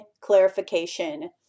clarification